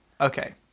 Okay